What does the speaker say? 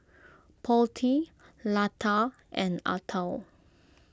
Potti Lata and Atal